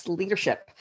leadership